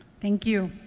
thank you.